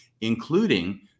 including